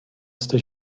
jste